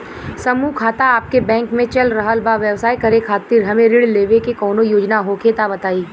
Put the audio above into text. समूह खाता आपके बैंक मे चल रहल बा ब्यवसाय करे खातिर हमे ऋण लेवे के कौनो योजना होखे त बताई?